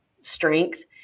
strength